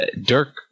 Dirk